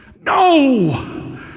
No